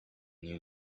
new